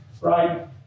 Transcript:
right